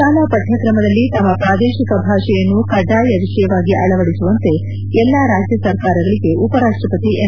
ಶಾಲಾ ಪಠ್ವಕ್ರಮದಲ್ಲಿ ತಮ್ಮ ಪ್ರಾದೇಶಿಕ ಭಾಷೆಯನ್ನು ಕಡ್ಡಾಯ ವಿಷಯವಾಗಿ ಅಳವಡಿಸುವಂತೆ ಎಲ್ಲಾ ರಾಜ್ಯ ಸರ್ಕಾರಗಳಿಗೆ ಉಪರಾಷ್ಟಪತಿ ಎಂ